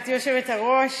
גברתי היושבת-ראש,